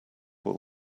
will